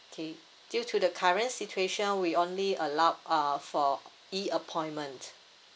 K due to the current situation we only allowed uh for E appointment